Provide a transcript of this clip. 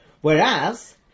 Whereas